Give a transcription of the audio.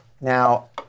Now